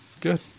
Good